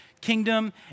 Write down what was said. kingdom